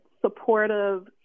supportive